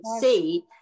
see